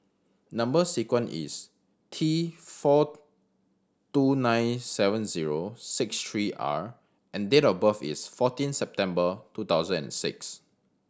number sequence is T four two nine seven zero six three R and date of birth is fourteen September two thousand and six